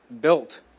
built